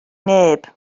neb